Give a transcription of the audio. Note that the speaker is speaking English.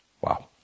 Wow